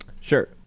Sure